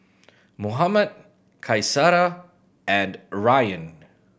Muhammad Qaisara and Ryan